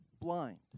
blind